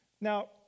Now